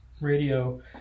radio